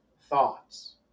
thoughts